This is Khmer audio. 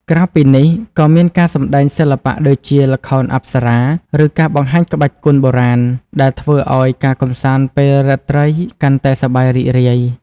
ក្រៅពីនេះ ក៏មានការសម្ដែងសិល្បៈដូចជា ល្ខោនអប្សរា ឬការបង្ហាញក្បាច់គុនបុរាណ ដែលធ្វើឱ្យការកម្សាន្តពេលរាត្រីកាន់តែសប្បាយរីករាយ។